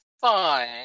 fine